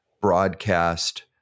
broadcast